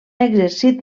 exercit